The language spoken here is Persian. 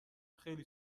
خیلی